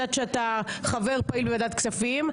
אני יודעת שאתה חבר פעיל בוועדת כספים,